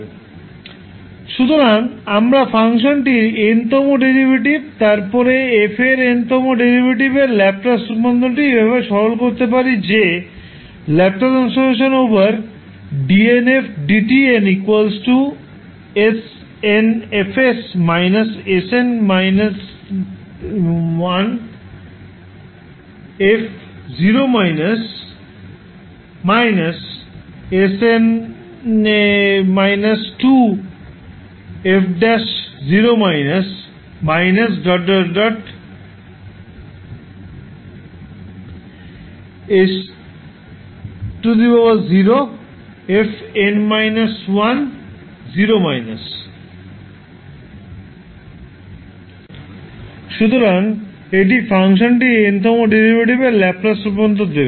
ℒ dnfdtn 𝑠𝑛𝐹𝑠 𝑠𝑛−1𝑓0− − 𝑠𝑛−2𝑓′0− −⋯ −𝑠0𝑓𝑛−10− সুতরাং আমরা ফাংশনটির nতম ডেরিভেটিভ তারপরে f এর nতম ডেরিভেটিভের ল্যাপ্লাস রূপান্তরটি এভাবে সরল করতে পারি যে ℒ 𝑑𝑛𝑓 𝑑𝑡𝑛 𝑠𝑛𝐹 𝑠 𝑠𝑛 − 1𝑓 0− 𝑠𝑛 − 2𝑓 ′ 0− ⋯⋯ −𝑠0𝑓𝑛 − 1 0− সুতরাং এটি ফাংশনটির nতম ডেরিভেটিভ এর ল্যাপ্লাস রূপান্তর দেবে